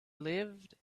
lived